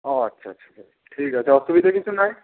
ও আচ্ছা আচ্ছা আচ্ছা ঠিক আছে অসুবিধে কিছু নাই